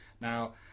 Now